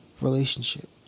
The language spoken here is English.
relationship